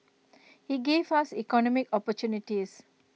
he gave us economic opportunities